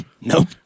Nope